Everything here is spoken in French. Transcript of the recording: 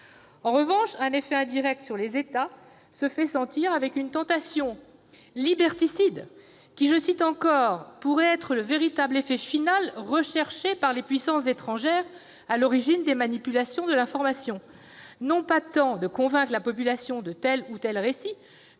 En revanche, un effet indirect sur les États se fait sentir, avec une tentation liberticide qui « pourrait être le véritable effet final recherché par les puissances étrangères à l'origine des manipulations de l'information :